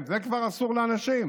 גם זה כבר אסור לאנשים?